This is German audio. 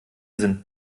sind